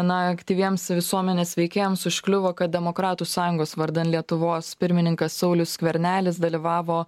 na aktyviems visuomenės veikėjams užkliuvo kad demokratų sąjungos vardan lietuvos pirmininkas saulius skvernelis dalyvavo